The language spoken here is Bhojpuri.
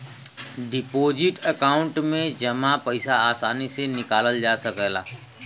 डिपोजिट अकांउट में जमा पइसा आसानी से निकालल जा सकला